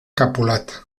capolat